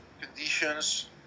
conditions